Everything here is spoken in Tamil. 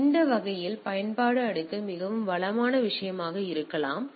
எனவே அந்த வகையில் பயன்பாட்டு அடுக்கு மிகவும் வளமான விஷயமாக இருக்கலாம்